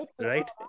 right